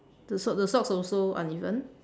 the socks the socks also uneven